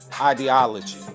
ideology